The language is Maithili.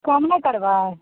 कम नहि करबै